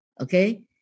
okay